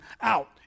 out